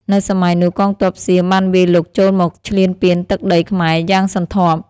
នៅសម័យនោះ កងទ័ពសៀមបានវាយលុកចូលមកឈ្លានពានទឹកដីខ្មែរយ៉ាងសន្ធាប់។